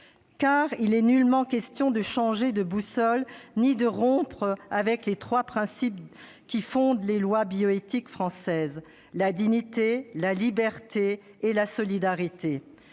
il n'est nullement question de changer de boussole ni de rompre avec les trois principes qui fondent les lois bioéthiques françaises : la dignité, la liberté et la solidarité.